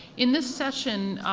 in this session,